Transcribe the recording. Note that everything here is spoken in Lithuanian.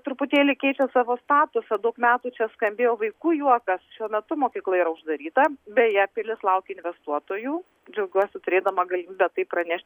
truputėlį keičia savo statusą daug metų čia skambėjo vaikų juokas šiuo metu mokykla yra uždaryta beje pilis laukia investuotojų džiaugiuosi turėdama galimybę tai praneš